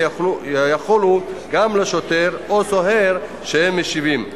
יחולו גם על שוטר או סוהר שהם משיבים.